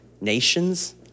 nations